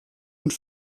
und